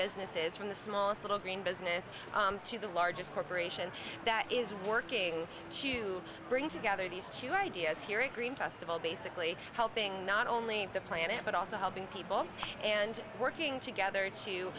businesses from the smallest little green business to the largest corporation that is working to bring together these two ideas here at green festival basically helping not only the planet but also helping people and working together to